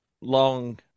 Long